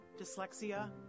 dyslexia